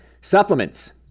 supplements